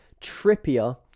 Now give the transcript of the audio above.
Trippier